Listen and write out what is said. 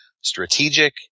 strategic